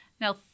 Now